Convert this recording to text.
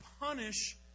punish